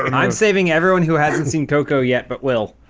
and i'm saving everyone who hasn't seen coco yet, but will